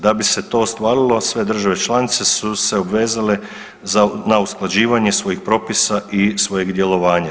Da bi se to ostvarilo sve države članice su se obvezale za, na usklađivanje svojih propisa i svojeg djelovanja.